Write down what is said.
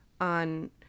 on